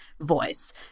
voice